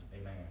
Amen